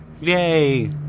Yay